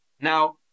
Now